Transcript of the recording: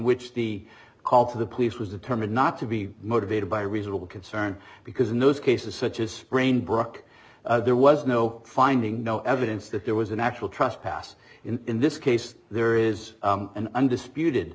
which the call for the police was determined not to be motivated by reasonable concern because in those cases such as sprain brook there was no finding no evidence that there was an actual trust pass in this case there is an undisputed